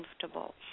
comfortable